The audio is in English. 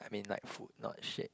I mean like food not shit